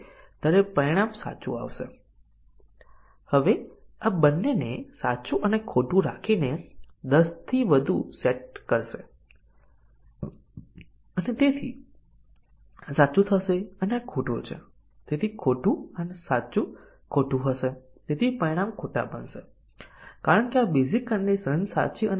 તેથી પછી ભલે આપણે બીજાને ખોટું આપીએ કે ખોટું તે ખરેખર વાંધો નથી કારણ કે કમ્પાઇલર તેને તપાસતું નથી